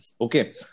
Okay